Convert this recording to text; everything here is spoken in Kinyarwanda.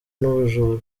n’ubujura